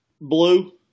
Blue